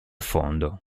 fondo